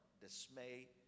dismay